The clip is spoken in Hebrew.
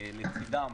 לצידם